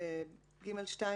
ל-(ג2).